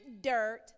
dirt